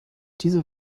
diese